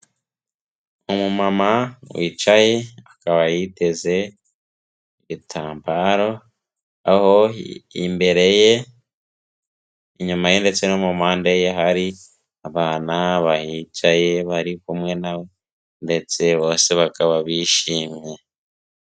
Umumama wicaye akaba yiteze igitambaro aho imbereye, inyuma ye ndetse no mu mpande ye, hari abana bahicaye bari kumwe na we ndetse bose bakaba bishimye.